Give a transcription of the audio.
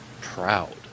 Proud